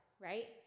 right